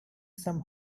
some